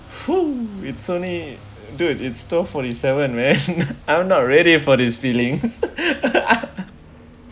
!fuh! is only dude it's twelve forty seven right I'm not ready for this feeling